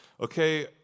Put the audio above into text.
okay